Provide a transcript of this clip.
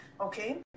Okay